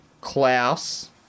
Klaus